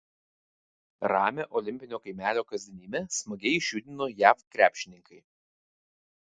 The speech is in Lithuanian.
ramią olimpinio kaimelio kasdienybę smagiai išjudino jav krepšininkai